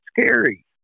scary